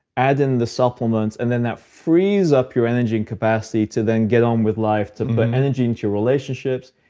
add in the supplements and then that frees up your energy and capacity to then get on with life. to put but energy into your relationships,